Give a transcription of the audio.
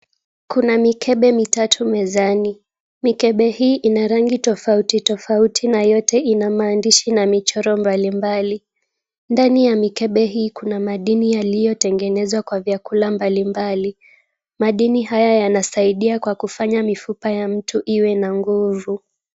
Kuna mikebe mitatu mezani, mikebe hii ina rangi tofauti tofauti na yote ina maandishi na michoro mbalimbali. Ndani ya mikebe hii kuna madini yaliyotengenezwa kwa vyakula mbalimbali. Madini haya yanasaidia kwa kufanya mifupa ya mtu iwe na nguvu.